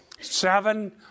seven